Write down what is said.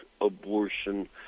abortion